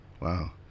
Wow